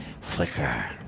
flicker